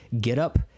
get-up